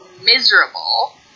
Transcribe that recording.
miserable